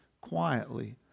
quietly